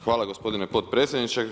Hvala gospodine potpredsjedniče.